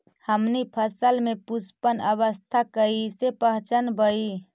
हमनी फसल में पुष्पन अवस्था कईसे पहचनबई?